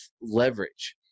leverage